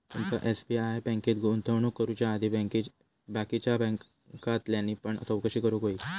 तुमका एस.बी.आय बँकेत गुंतवणूक करुच्या आधी बाकीच्या बॅन्कांतल्यानी पण चौकशी करूक व्हयी